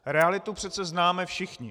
Realitu přece známe všichni.